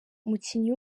umukinnyi